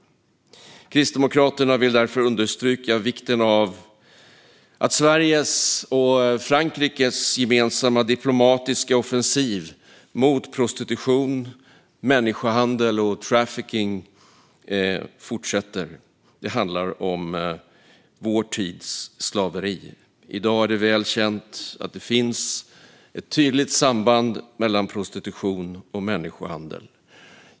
Kristdemokraterna vill därför understryka vikten av att Sveriges och Frankrikes gemensamma diplomatiska offensiv mot prostitution, människohandel och trafficking fortsätter. Det handlar om vår tids slaveri. I dag är det väl känt att det finns ett tydligt samband mellan prostitution och människohandel.